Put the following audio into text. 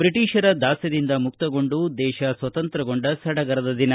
ಬ್ರೀಟಿಷರ ದಾಸ್ತದಿಂದ ಮುಕ್ತಗೊಂಡು ದೇಶ ಸ್ವತಂತ್ರಗೊಂಡ ಸಡಗರದ ದಿನ